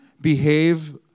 behave